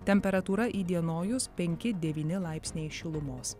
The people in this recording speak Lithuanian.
temperatūra įdienojus penki devyni laipsniai šilumos